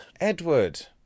Edward